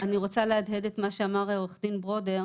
אני רוצה להדהד את מה שאמר עו"ד ברודר